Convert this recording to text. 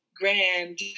grand